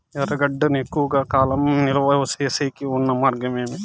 ఎర్రగడ్డ ను ఎక్కువగా కాలం నిలువ సేసేకి ఉన్న మార్గం ఏమి?